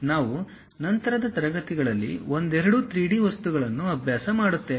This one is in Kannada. ನಾವು ನಂತರದ ತರಗತಿಗಳಲ್ಲಿ ಒಂದೆರಡು 3D ವಸ್ತುಗಳನ್ನು ಅಭ್ಯಾಸ ಮಾಡುತ್ತೇವೆ